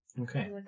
Okay